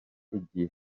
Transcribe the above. igihe